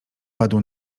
padł